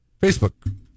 facebook